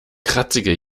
kratzige